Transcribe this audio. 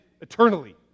eternally